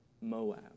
Moab